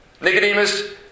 Nicodemus